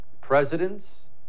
presidents